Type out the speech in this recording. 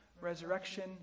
resurrection